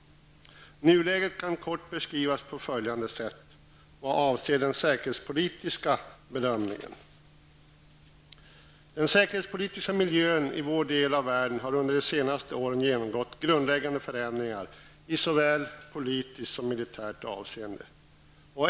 Nuläget vad avser den säkerhetspolitiska bedömningen kan kort beskrivas på följande sätt. Den säkerhetspolitiska miljön i vår del av världen har under de senaste åren genomgått grundläggande förändringar i såväl politiskt som militärt avseende.